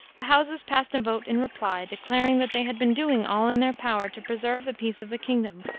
the houses passed a vote in reply, declaring that they had been doing all in their power to preserve the peace of the kingdom,